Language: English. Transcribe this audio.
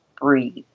breathe